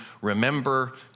remember